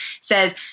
says